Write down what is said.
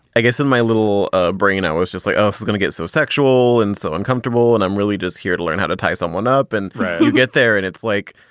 i guess in my little ah brain, i was just like, oh, you're going to get so sexual and so uncomfortable. and i'm really just here to learn how to tie someone up and get there. and it's like,